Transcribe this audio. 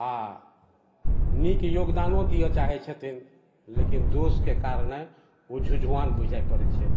आ नीक योगदानो दिअ चाहैत छथिन लेकिन दोषके कारणे ओ झुझुआन बुझाए पड़ैत छै